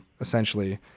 essentially